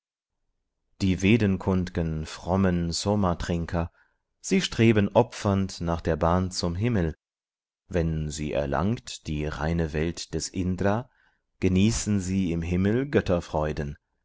die vedenkund'gen frommen somatrinker sie streben opfernd nach der bahn zum himmel wenn sie erlangt die reine welt des indra genießen sie im himmel